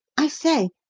i say!